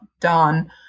done